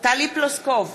טלי פלוסקוב,